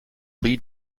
lead